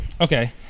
Okay